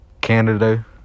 Canada